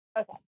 okay